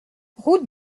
route